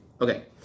Okay